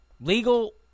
legal